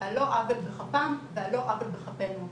על לא עוול בכפם ועל לא עוול בכפינו.